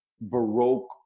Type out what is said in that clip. Baroque